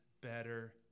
better